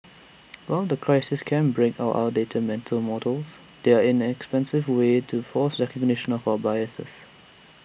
while crises can break our outdated mental models they are in an expensive way to force recognition of our biases